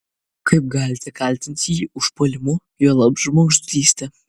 kaip galite kaltinti jį užpuolimu juolab žmogžudyste